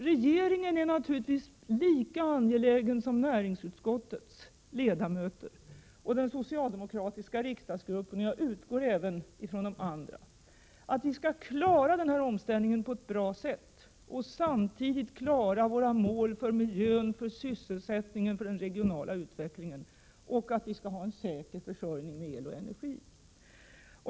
Regeringen är naturligtvis lika angelägen som näringsutskottets ledamöter, den socialdemokratiska riksdagsgruppen och även de andra, utgår jag ifrån, om att vi skall klara denna omställning på ett bra sätt. Samtidigt skall vi klara våra mål för miljön, för sysselsättningen och för den regionala utvecklingen. Dessutom skall vi ha en säker försörjning med el och energi.